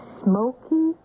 smoky